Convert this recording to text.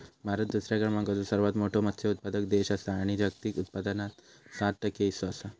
भारत दुसऱ्या क्रमांकाचो सर्वात मोठो मत्स्य उत्पादक देश आसा आणि जागतिक उत्पादनात सात टक्के हीस्सो आसा